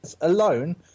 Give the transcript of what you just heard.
alone